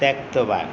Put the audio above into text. त्यक्तवान्